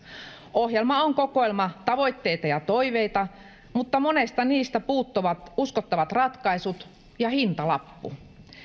ohjelma on kokoelma tavoitteita ja toiveita mutta monesta niistä puuttuvat uskottavat ratkaisut ja hintalappu